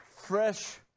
fresh